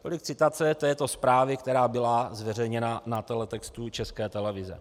Tolik citace této zprávy, která byla zveřejněna na teletextu České televize.